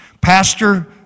Pastor